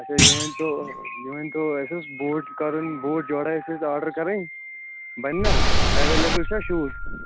اچھا یہِ ؤنۍ تو یہِ ؤنۍ تو اسہِ اوس بوٗٹ کَرٕنۍ بوٗٹ جورہ ٲسۍ اسہِ آرڈر کَرٕنۍ بنہِ نا ایویلیبٕل چھا شوٗز